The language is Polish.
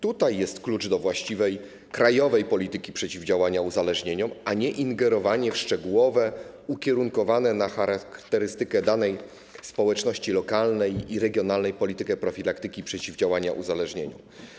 Tutaj jest klucz do właściwej krajowej polityki przeciwdziałania uzależnieniom, a nie ingerowanie w szczegółowe, ukierunkowane na charakterystykę danej społeczności lokalnej i regionalnej, polityki profilaktyki i przeciwdziałania uzależnieniom.